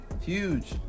huge